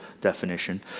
definition